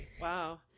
Wow